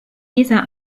dieser